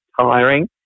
tiring